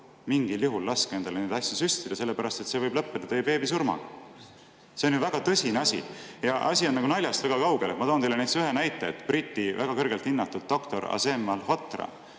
mingil juhul laske endale neid asju süstida, sest see võib lõppeda teie beebi surmaga. See on ju väga tõsine asi. Asi on naljast väga kaugel. Ma toon teile ühe näite. Briti väga kõrgelt hinnatud doktor Aseem Malhotra